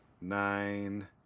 nine